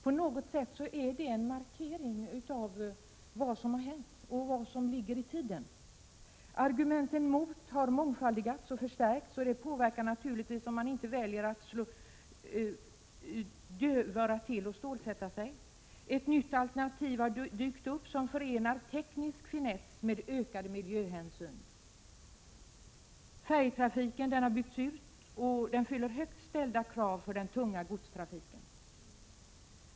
På något sätt är det en markering av vad som har hänt och vad som ligger i tiden. Argumenten mot en broförbindelse har mångfaldigats och förstärkts. Det påverkar naturligtvis inställningen, om man inte väljer att slå dövörat till och stålsätta sig. Ett nytt alternativ har dykt upp, som förenar teknisk finess med ökade miljöhänsyn. Färjetrafiken har byggts ut, och den uppfyller högt ställda krav för den tunga godstrafiken.